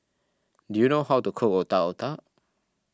do you know how to cook Otak Otak